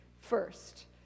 first